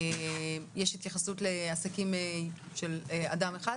יש התייחסות לעסקים של אדם אחד?